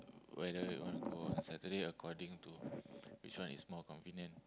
whether you want to cook on Saturday according to which one is more convenient